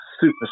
super